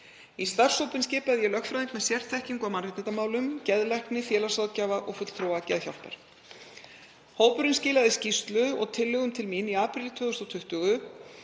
Í starfshópinn skipaði ég lögfræðing með sérþekkingu á mannréttindamálum, geðlækni, félagsráðgjafa og fulltrúa Geðhjálpar. Hópurinn skilaði skýrslu og tillögum til mín í apríl 2020